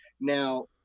Now